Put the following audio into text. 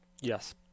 Yes